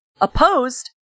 Opposed